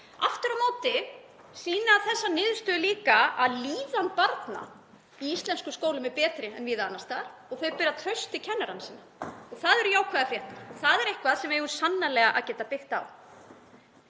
Aftur á móti sýna þessar niðurstöður líka að líðan barna í íslenskum skólum er betri en víða annars staðar og þau bera traust til kennara sinna. Það eru jákvæðar fréttir og það er eitthvað sem við eigum sannarlega að geta byggt á.